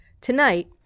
Tonight